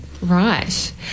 right